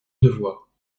devoir